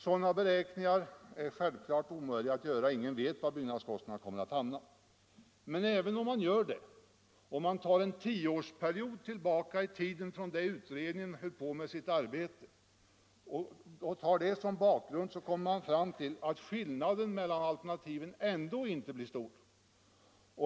Sådana beräkningar är självfallet omöjliga att göra. Ingen vet var byggnadskostnaderna kommer att hamna. Men även om man gör det och tar en tioårsperiod bakåt i tiden, från den tidpunkt då utredningen höll på med sitt arbete, som bakgrund, så kommer man fram till att skillnaden mellan alternativen ändå inte blir stor.